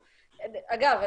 אגב,